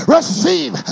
Receive